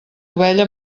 ovella